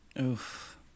Oof